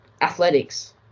athletics